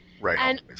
Right